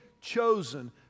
chosen